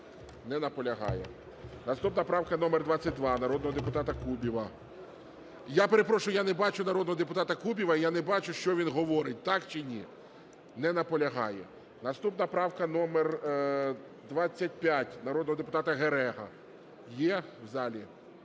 Не наполягає. Наступна правка - номер 22, народного депутата Кубіва. Я перепрошую, я не бачу народного депутата Кубіва, і я не бачу, що він говорить, так чи ні. Не наполягає. Наступна правка - номер 25, народного депутата Гереги. Є в залі?